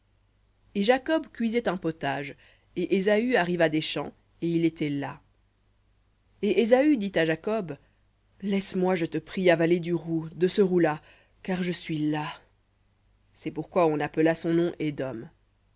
et jacob cuisait un potage et ésaü arriva des champs et il était las et ésaü dit à jacob laisse-moi je te prie avaler du roux de ce roux là car je suis las c'est pourquoi on appela son nom édom